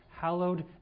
Hallowed